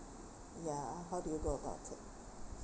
ya how do go about it